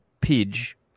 Pidge